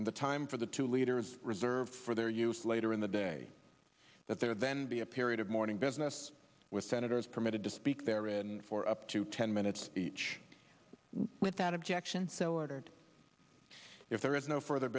and the time for the two leaders reserved for their use later in the day that there would then be a period of morning business with senators permitted to speak their read for up to ten minutes each without objection so ordered if there is no further